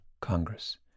Congress